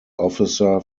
officer